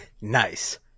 Nice